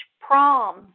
prom